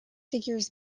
figures